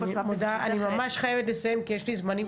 אני ממש חייבת לסיים כי יש לי זמנים.